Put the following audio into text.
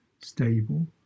stable